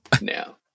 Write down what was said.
now